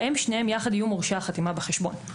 שניהם יחד יהיו מורשי החתימה בחשבון.